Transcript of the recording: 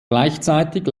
gleichzeitig